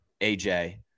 AJ